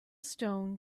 stone